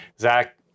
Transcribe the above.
Zach